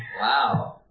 Wow